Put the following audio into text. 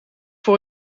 voor